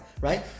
right